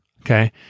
okay